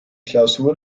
klausur